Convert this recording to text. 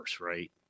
right